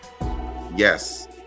Yes